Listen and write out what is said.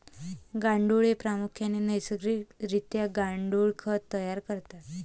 गांडुळे प्रामुख्याने नैसर्गिक रित्या गांडुळ खत तयार करतात